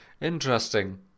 Interesting